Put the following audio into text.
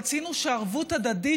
רצינו שערבות הדדית,